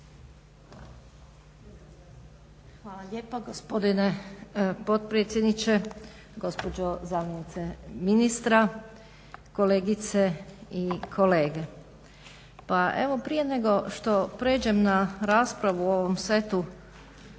Hvala lijepa gospodine potpredsjedniče, gospođo zamjenice ministra, kolegice i kolege. Pa evo, prije nego što prijeđem na raspravu o ovom setu